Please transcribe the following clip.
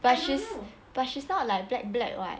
but she's not like black black [what]